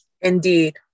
indeed